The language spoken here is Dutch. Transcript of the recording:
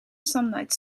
sunlight